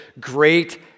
great